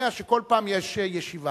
שומע שכל פעם יש ישיבה.